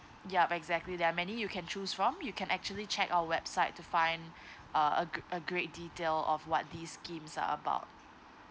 yup exactly there are many you can choose from you can actually check our website to find uh a g~ a great detail of what these schemes are about